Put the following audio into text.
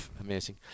Amazing